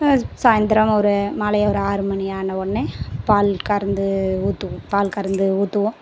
சாய்ந்தரமாக ஒரு மாலை ஒரு ஆறு மணி ஆன உடனே பால் கறந்து ஊற்றுவோம் பால் கறந்து ஊற்றுவோம்